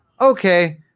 okay